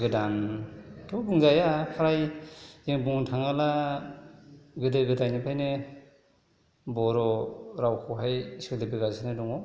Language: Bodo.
गोदानथ' बुंजाया फ्राय जों बुंनो थाङोब्ला गोदो गोदायनिफ्रायनो बर' रावखौहाय सोलिबोगासिनो दङ